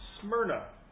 Smyrna